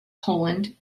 poland